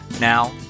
now